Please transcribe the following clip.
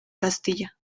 castilla